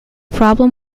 problem